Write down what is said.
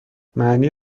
معنی